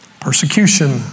Persecution